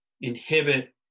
inhibit